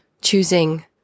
choosing